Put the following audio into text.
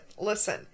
listen